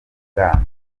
bwana